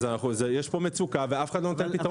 אז יש פה מצוקה ואף אחד לא נותן פתרון.